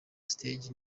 stage